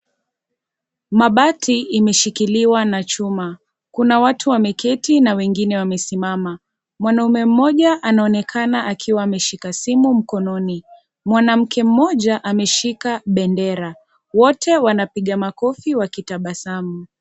Mabati imeshikiliwa na chuma kuna watu wameketi na wengine wamesimama mwanaume mmoja anaonekana akiwa ameshika simu mkononi, mwanamke moja ameshika bendera wote wanapiga makofi wakitabasamu.